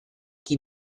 qui